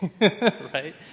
right